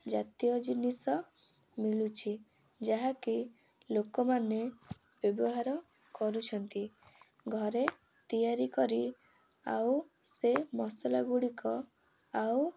ଜାତୀୟ ଜିନିଷ ମିଳୁଛି ଯାହାକି ଲୋକମାନେ ବ୍ୟବହାର କରୁଛନ୍ତି ଘରେ ତିଆରି କରି ଆଉ ସେ ମସଲା ଗୁଡ଼ିକ ଆଉ